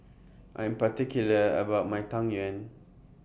I'm particular about My Tang Yuen